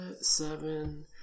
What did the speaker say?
seven